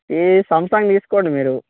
ఈ శాంసంగ్ తీసుకోండి మీరు